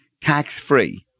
tax-free